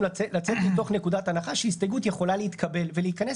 לצאת מתוך נקודת הנחה שההסתייגות יכולה להתקבל ולהיכנס